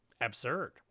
absurd